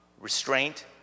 restraint